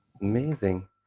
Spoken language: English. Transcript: Amazing